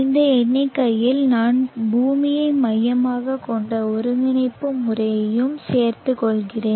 இந்த எண்ணிக்கையில் நான் பூமியை மையமாகக் கொண்ட ஒருங்கிணைப்பு முறையையும் சேர்த்துக் கொள்கிறேன்